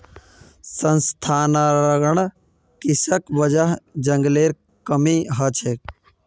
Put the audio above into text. स्थानांतरण कृशिर वजह जंगलेर कमी ह छेक